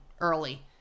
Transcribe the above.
early